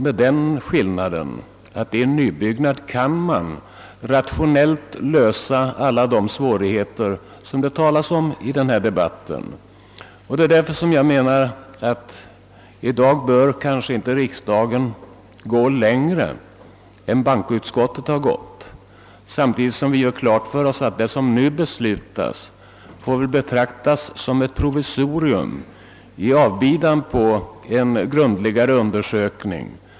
Men vid en nybyggnad kan man då också rationellt lösa alla de problem som det talas om i denna debatt. Det är därför jag menar att riksdagen i dag inte bör gå längre än bankoutskottet gjort. Man bör också göra klart för sig att vad som nu beslutas bör betraktas som ett provisorium i avbidan på en grundligare undersökning.